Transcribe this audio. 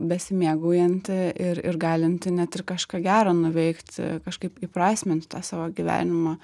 besimėgaujanti ir ir galinti net ir kažką gero nuveikti kažkaip įprasminti tą savo gyvenimą